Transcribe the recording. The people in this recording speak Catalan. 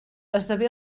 esdevé